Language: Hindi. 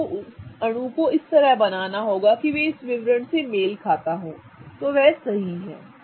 आपको उस अणु को इस तरह बनाना होगा कि वे इस विवरण से मेल खाता हो तो वह सही है